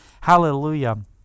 Hallelujah